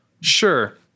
Sure